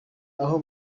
aho